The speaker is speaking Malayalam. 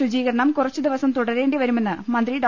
ശുചീക രണം കുറച്ചുദിവസം തുടരേണ്ടിവരുമെന്ന് മന്ത്രി ഡോ